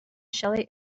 shelly